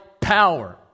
power